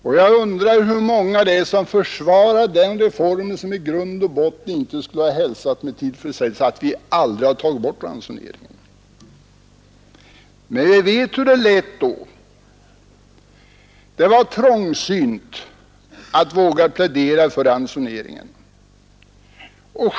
Och jag undrar hur många av dem som försvarade den reformen som inte i grund och botten skulle ha hälsat med tillfredsställelse att vi aldrig hade tagit bort ransoneringen. Men vi vet hur det lät då: det var trångsynt att våga plädera för ransoneringens bibehållande.